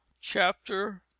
chapter